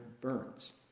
burns